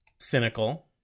cynical